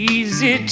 Easy